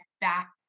back